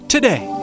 Today